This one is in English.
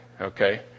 Okay